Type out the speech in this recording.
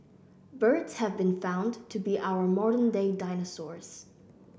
birds have been found to be our modern day dinosaurs